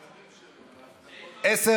אדוני.